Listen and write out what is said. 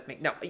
no